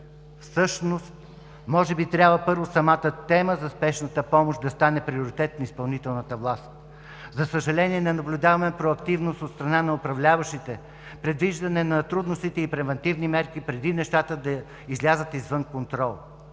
Всъщност може би трябва първо самата тема за спешната помощ да стане приоритет на изпълнителната власт. За съжаление не наблюдаваме проактивност от страна на управляващите, предвиждане на трудностите и превантивни мерки преди нещата да излязат извън контрол.